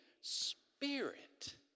Spirit